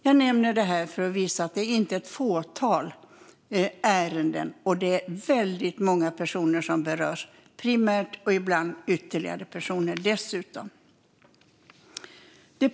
Jag nämner detta för att visa att det inte är fråga om ett fåtal ärenden, och många personer berörs primärt - ibland ytterligare personer.